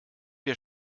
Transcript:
wir